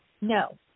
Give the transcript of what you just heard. No